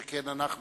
שכן אנחנו